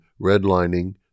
redlining